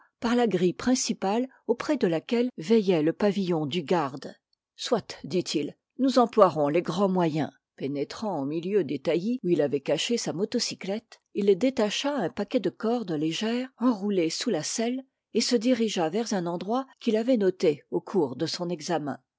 par la grille principale auprès de laquelle veillait le pavillon du garde soit dit-il nous emploierons les grands moyens pénétrant au milieu des taillis où il avait caché sa motocyclette il détacha un paquet de corde légère enroulé sous la selle et se dirigea vers un endroit qu'il avait noté au cours de son examen